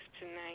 tonight